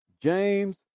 James